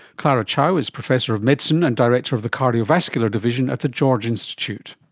clara chow is professor of medicine and director of the cardiovascular division at the george institute.